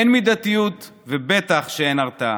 אין מידתיות ובטח שאין הרתעה.